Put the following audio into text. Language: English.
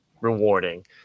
rewarding